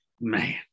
Man